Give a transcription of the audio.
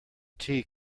tea